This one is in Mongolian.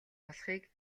болохыг